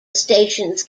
stations